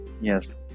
yes